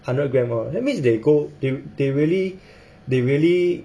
hundred gram orh that means they go they really they really